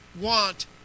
want